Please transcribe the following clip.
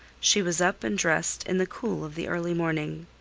she was up and dressed in the cool of the early morning.